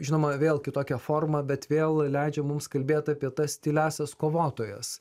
žinoma vėl kitokia forma bet vėl leidžia mums kalbėt apie tas tyliąsias kovotojas